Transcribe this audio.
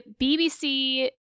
BBC